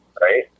right